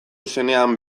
zenean